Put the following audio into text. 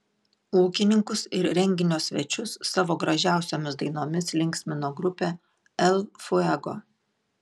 ūkininkus ir renginio svečius savo gražiausiomis dainomis linksmino grupė el fuego